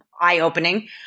eye-opening